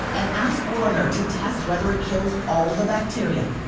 and ask warriner to test whether it kills all the bacteria.